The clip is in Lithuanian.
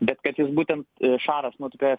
bet kad jis būtent šaras nutūpė